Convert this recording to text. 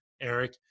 Eric